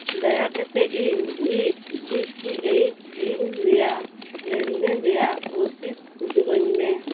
ᱫᱟᱭᱟ ᱠᱟᱛᱮᱫ ᱤᱧ ᱩᱭᱤᱠ ᱰᱤ ᱴᱤ ᱮᱭᱤᱪ ᱵᱤᱞ ᱨᱮᱭᱟᱜ ᱞᱮᱱᱫᱮᱱ ᱨᱮᱭᱟᱜ ᱨᱚᱥᱤᱫᱽ ᱩᱫᱩᱜ ᱟᱹᱧ ᱢᱮ